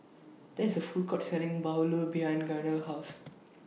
There IS A Food Court Selling Bahulu behind Gaynell's House